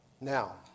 Now